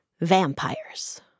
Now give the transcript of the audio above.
vampires